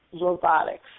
robotics